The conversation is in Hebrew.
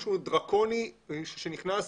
משהו דרקוני שנכנס